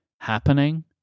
happening